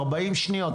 40 שניות.